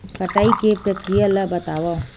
कटाई के प्रक्रिया ला बतावव?